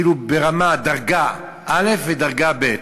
כאילו דרגה א' ודרגה ב'.